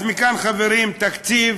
אז מכאן, חברים, תקציב